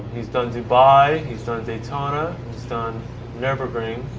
he's done dubai. he's done daytona. he's done nurburgring,